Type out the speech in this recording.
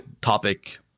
topic